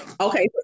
Okay